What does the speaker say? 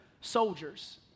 soldiers